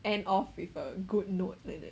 end off with a good note like that